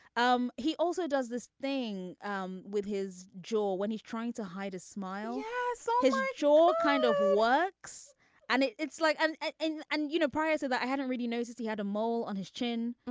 um he also does this thing um with his jaw when he's trying to hide a smile yeah so his jaw kind of works and it's like and and and you know prior to that i hadn't really noticed he had a mole on his chin.